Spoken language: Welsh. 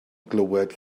glywed